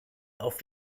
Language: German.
auf